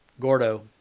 Gordo